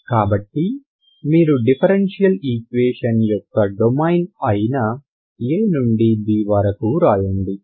కాబట్టి మీరు differential equation యొక్క డొమైన్ అయిన a నుండి b వరకు వ్రాయండి